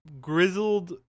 grizzled